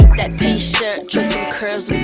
that t-shirt tracing curves